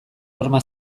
horma